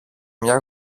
μια